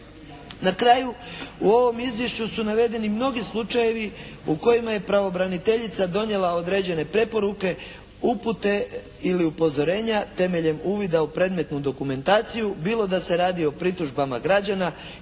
Na kraju, u ovom izvješću su navedeni mnogi slučajevima u kojima je pravobraniteljica donijela određene preporuke, upute ili upozorenja temeljem uvida u predmetnu dokumentaciju, bilo da se radi o pritužbama građana,